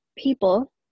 people